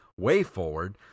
WayForward